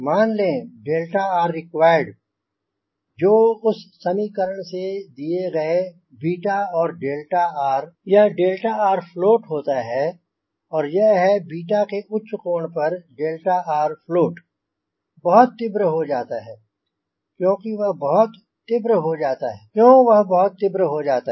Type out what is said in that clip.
मान ले 𝛿rrequiredजो उस समीकरण से दिए गए 𝛽 और 𝛿r यह𝛿rfloat होता यह है कि 𝛽 के उच्च कोण पर 𝛿rfloatबहुत तीव्र हो जाता है क्यों वह बहुत तीव्र हो जाता है